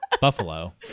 Buffalo